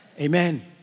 Amen